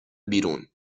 بیرون